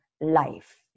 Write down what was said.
life